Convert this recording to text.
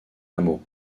hameaux